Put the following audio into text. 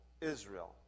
Israel